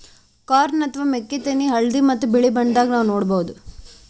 corn ಅಥವಾ ಮೆಕ್ಕಿತೆನಿ ಹಳ್ದಿ ಮತ್ತ್ ಬಿಳಿ ಬಣ್ಣದಾಗ್ ನಾವ್ ನೋಡಬಹುದ್